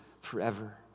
forever